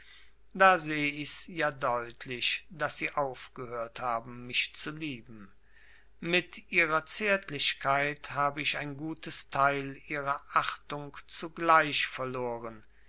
da seh ichs ja deutlich daß sie aufgehört haben mich zu lieben mit ihrer zärtlichkeit hab ich ein gutes teil ihrer achtung zugleich verloren